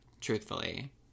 Truthfully